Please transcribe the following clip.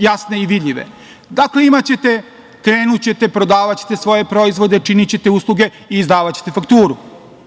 jasne i vidljive. Dakle, imaćete, krenućete, prodavaćete svoje proizvode, činićete usluge i izdavaćete fakturu.